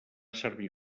servir